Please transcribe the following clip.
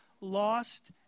lost